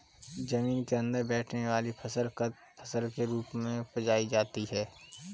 जमीन के अंदर बैठने वाली फसल कंद फसल के रूप में उपजायी जाती है